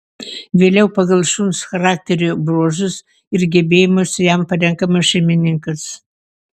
vėliau pagal šuns charakterio bruožus ir gebėjimus jam parenkamas šeimininkas